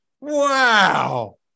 wow